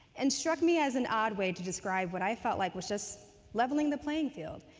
and struck me as an odd way to describe what i felt like was just leveling the playing field.